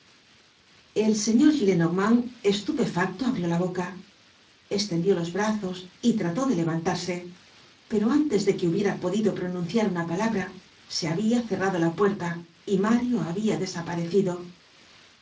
el señor gillenormand estupefacto abrió la boca estendió los brazos y trató de levantarse pero antes de que hubiera podido pronunciar una palabra se habia cerrado la puerta y mario habia des